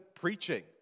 preaching